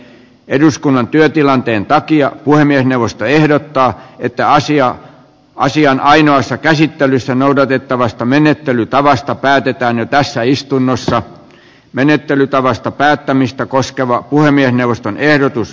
eduskunnan työtilanteen takia puhemiesneuvosto ehdottaa että asian ainoassa käsittelyssä noudatettavasta menettelytavasta päätetään jo tässä istunnossa menettelytavasta päättämistä koskeva puhemiesneuvoston ehdotus